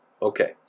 Okay